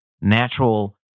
natural